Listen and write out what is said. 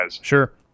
Sure